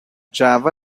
java